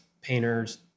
painters